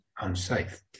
unsafe